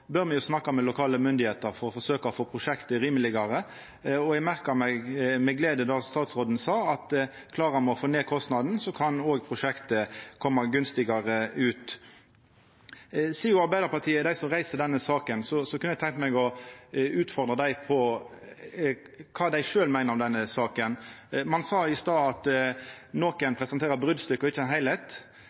me snakka med lokale myndigheiter for å forsøkja å få prosjektet rimelegare. Eg merka meg med glede det statsråden sa, at klarer me å få ned kostnaden, kan prosjektet koma gunstigare ut. Sidan Arbeidarpartiet er dei som reiser denne saka, kunne eg tenkja meg å utfordra dei på kva dei sjølve meiner om denne saka. Ein sa i stad at nokon presenterte brotstykke og ikkje ein